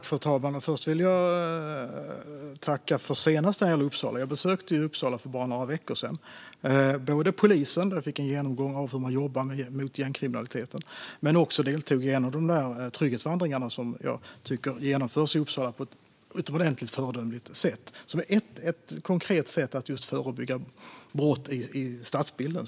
Fru talman! Först vill jag tacka för när jag senast besökte Uppsala för bara några veckor sedan. Jag fick en genomgång av polisen om hur de jobbar mot gängkriminaliteten och deltog också i en av de trygghetsvandringar som jag tycker genomförs på ett utomordentligt föredömligt sätt i Uppsala. Det är ett konkret sätt att förebygga brott i stadsbilden.